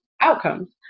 outcomes